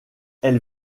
elle